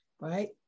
right